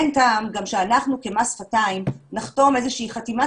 אין טעם גם שאנחנו כמס שפתיים נחתום איזה שהיא חתימת